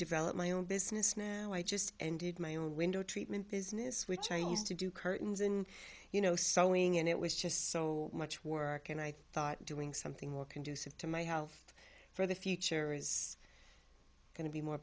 develop my own business now i just ended my own window treatment business which i used to do curtains and you know sewing and it was just so much work and i thought doing something more conducive to my health for the future is going to be more